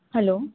hello